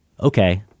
okay